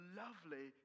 lovely